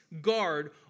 guard